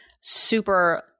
super